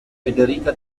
federica